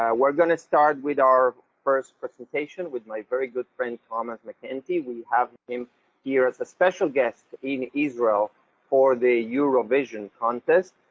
we're going to start with our first presentation, with my very good friend, thomas macentee. we have him here as a special guest in israel for the eurovision contest.